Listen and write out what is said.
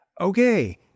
Okay